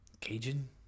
Cajun